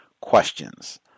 questions